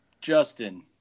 Justin